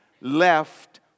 left